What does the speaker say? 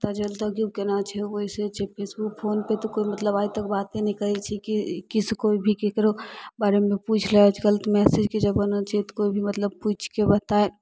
तऽ देखियौ केना छै ओहिसे छै फेसबुक फोन पर तऽ कोइ मतलब आइतक बाते नहि करै छी की से कोइ भी केकरो बारेमे पुछि लै आजकल तऽ मैसेजके जमाना छै तऽ कोइ भी मतलब पुछिके बताय